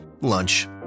lunch